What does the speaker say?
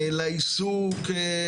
לעיסוק?